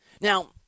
Now